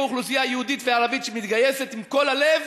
אוכלוסייה יהודית וערבית שמתגייסת עם כל הלב,